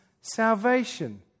salvation